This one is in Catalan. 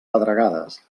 pedregades